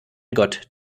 gott